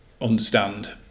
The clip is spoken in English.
understand